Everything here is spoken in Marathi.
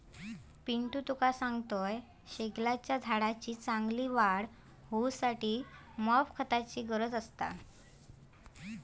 पिंटू तुका सांगतंय, शेगलाच्या झाडाची चांगली वाढ होऊसाठी मॉप खताची गरज असता